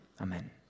Amen